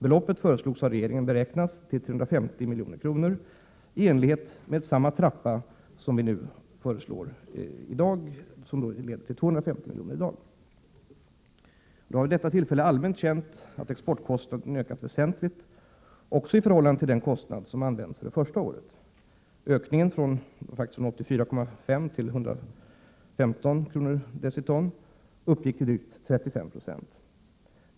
Beloppet föreslogs av regeringen beräknas till 350 milj.kr. enligt samma avtrappning som vi nu föreslår — 250 miljoner i år. Det var vid detta tillfälle allmänt känt att exportkostnaden ökat väsentligt även i förhållande till den kostnad som gällde det första året. Ökningen från 84,50 till 115 kr. per deciton är drygt 35 96.